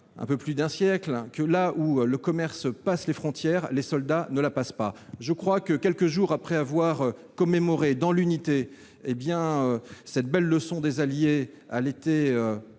un peu plus d'un siècle que, là où le commerce passe les frontières, les soldats ne la passent pas. Quelques jours après avoir commémoré dans l'unité cette belle leçon des Alliés à l'été